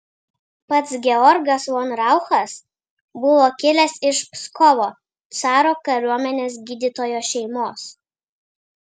pats georgas von rauchas buvo kilęs iš pskovo caro kariuomenės gydytojo šeimos